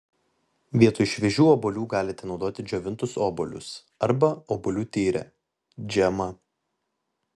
vietoj šviežių obuolių galite naudoti džiovintus obuolius arba obuolių tyrę džemą